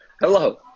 Hello